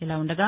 ఇలా ఉండగా